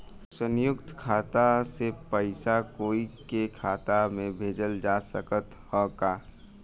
संयुक्त खाता से पयिसा कोई के खाता में भेजल जा सकत ह का?